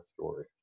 story